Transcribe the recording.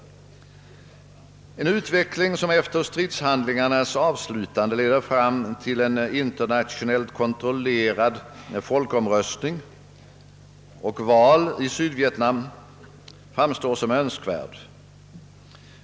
En utveckling som efter stridshandlingarnas avslutande leder fram till en internationellt kontrollerad folkomröstning och val i Sydvietnam framstår som önskvärd.